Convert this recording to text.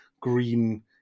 green